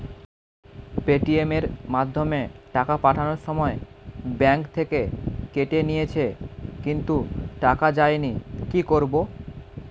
Paytm এর মাধ্যমে টাকা পাঠানোর সময় ব্যাংক থেকে কেটে নিয়েছে কিন্তু টাকা যায়নি কি করব?